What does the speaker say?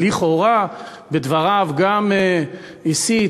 אז לכאורה בדבריו גם הסית,